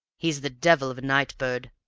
he's the devil of a night-bird.